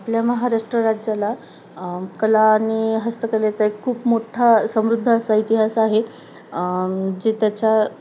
आपल्या महाराष्ट्र राज्याला कला आणि हस्तकलेचा एक खूप मोठा समृद्ध असा इतिहास आहे जे त्याच्या